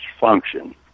function